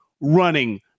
running